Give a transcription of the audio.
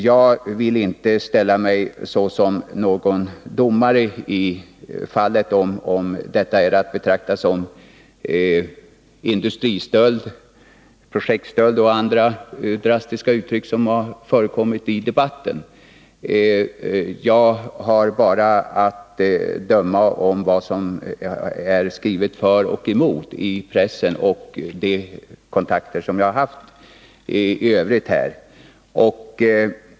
Jag villinte ställa mig som någon domare och avgöra om detta är att betrakta som industristöld, projektstöld eller något annat av de drastiska omdömen som har förekommit i debatten. Jag har bara att döma efter vad som är skrivet för och emot i pressen och de kontakter som jag har haft i övrigt.